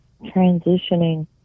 transitioning